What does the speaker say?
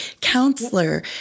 counselor